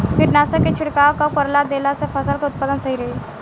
कीटनाशक के छिड़काव कब करवा देला से फसल के उत्पादन सही रही?